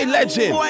Legend